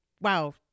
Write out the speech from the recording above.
Wow